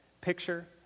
picture